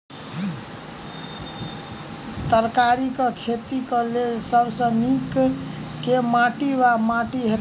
तरकारीक खेती केँ लेल सब सऽ नीक केँ माटि वा माटि हेतै?